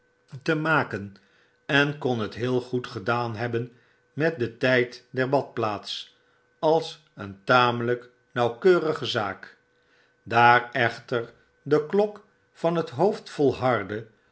te maken en kon het heel goed gedaan hebben met den tfld der badplaats als een tatnelyk nauwkeurige zaak daar echter de mok van het hoofd